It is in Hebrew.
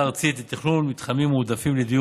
הארצית לתכנון מתחמים מועדפים לדיור,